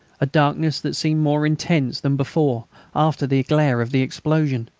a darkness that seemed more intense than before after the glare of the explosion.